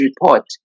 report